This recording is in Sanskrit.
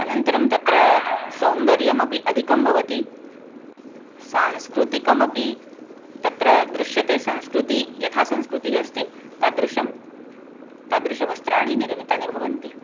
अनन्तरं तत्र सौन्दर्यमपि अधिकं भवति सांस्कृतिकमपि तत्र दृश्यते संस्कृतिः यथा संस्कृतिः अस्ति तादृशं तादृशं वस्त्राणि निर्मितानि भवन्ति